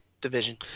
division